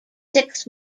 six